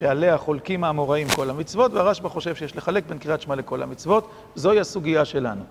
ועליה החולקים האמוראים כל המצוות, והרשב"א חושב שיש לחלק בין קריאת שמע לכל המצוות. זוהי הסוגיה שלנו.